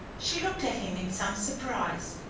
she looked at him in some surprise.